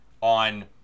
on